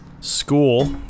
school